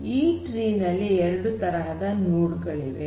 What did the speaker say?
ಈ ಟ್ರೀ ನಲ್ಲಿ ಎರಡು ತರಹದ ನೋಡ್ ಗಳಿವೆ